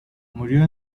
murió